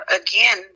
again